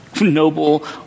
Noble